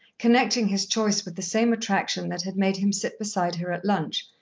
connecting his choice with the same attraction that had made him sit beside her at lunch,